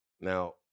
Now